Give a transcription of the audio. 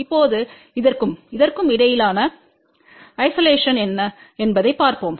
இப்போது இதற்கும் இதற்கும் இடையிலான ஐசோலேஷன் என்ன என்பதைப் பார்ப்போம்